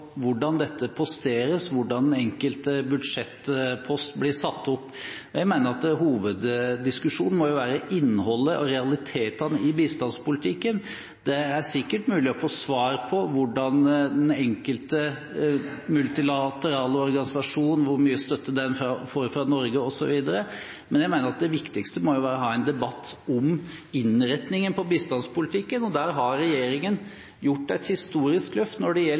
hvordan dette posteres, og hvordan den enkelte budsjettpost blir satt opp. Jeg mener at hoveddiskusjonen må være innholdet og realitetene i bistandspolitikken. Det er sikkert mulig å få svar på hvor mye støtte den enkelte multilaterale organisasjonen får fra Norge osv., men jeg mener at det viktigste må være å ha en debatt om innretningen på bistandspolitikken, og der har regjeringen gjort et historisk løft når det gjelder